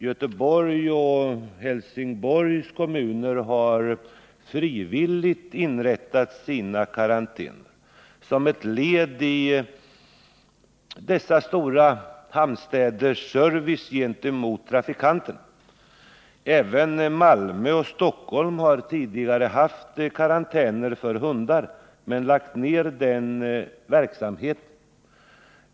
Göteborgs och Helsingborgs kommuner har frivilligt inrättat sina karantäner, som ett led i dessa stora hamnstäders service gentemot trafikanterna. Även Malmö och Stockholm har tidigare haft karantäner för hundar, men nu är den verksamheten nedlagd.